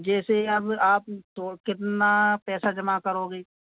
जेसे अब आप तो कितना पैसा जमा करोगी